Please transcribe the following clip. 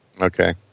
Okay